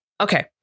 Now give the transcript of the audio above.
Okay